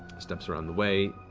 steps around the way.